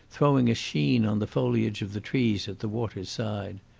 throwing a sheen on the foliage of the trees at the water's side.